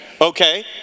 Okay